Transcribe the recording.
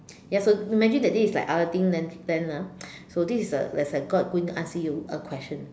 ya so imagine that day is a outing then then lah so this is a like a god going to ask you a question